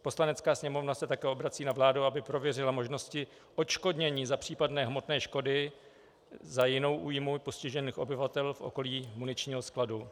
Poslanecká sněmovna se také obrací na vládu, aby prověřila možnosti odškodnění za případné hmotné škody, za jinou újmu postižených obyvatel v okolí muničního skladu.